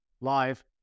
live